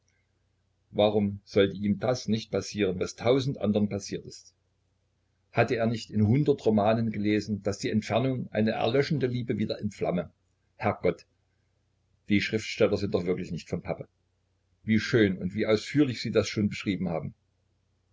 warum sollte ihm das nicht passieren was tausend andern passiert ist hatte er nicht in hundert romanen gelesen daß die entfernung eine erlöschende liebe wieder entflamme herrgott die schriftsteller sind doch wirklich nicht von pappe wie schön und wie ausführlich sie das schon beschrieben haben